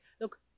look